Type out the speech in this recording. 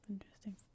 Interesting